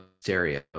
stereo